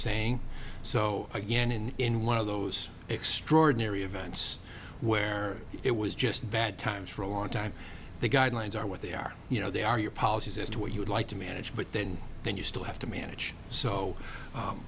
saying so again in in one of those extraordinary events where it was just bad times for a long time the guidelines are what they are you know they are your policies as to what you would like to manage but then then you still have to manage so